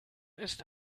ist